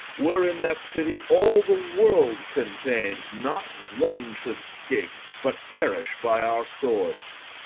were in that city all the world contain'd, not one should scape, but perish by our swords.